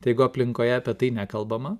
tai jeigu aplinkoje apie tai nekalbama